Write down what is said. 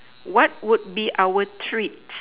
what would be our treats